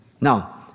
Now